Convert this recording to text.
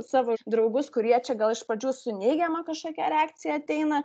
savo draugus kurie čia gal iš pradžių su neigiama kažkokia reakcija ateina